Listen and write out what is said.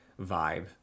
vibe